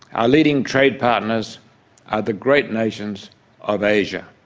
our leading trade partners are the great nations of asia,